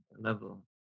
level